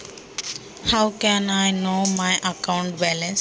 माझ्या खात्यावरची शिल्लक रक्कम मला कशा प्रकारे समजू शकते?